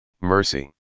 mercy